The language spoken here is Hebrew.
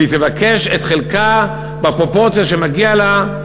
והיא תבקש את חלקה בפרופורציה שמגיעה לה,